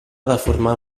deformar